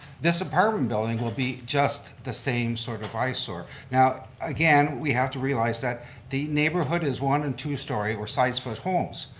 this apartment building will be just the same sort of eyesore. now, again, we have to realize that the neighborhood is one and two story size but homes.